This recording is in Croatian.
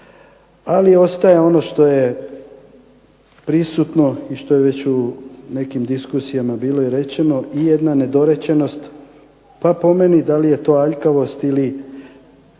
ali ostaje ono što je prisutno i što je već u nekim diskusijama bilo i rečeno i jedna nedorečenost pa po meni da li je to aljkavost ili